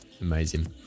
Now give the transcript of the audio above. amazing